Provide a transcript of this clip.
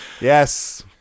yes